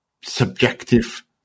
subjective